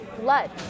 blood